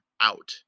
out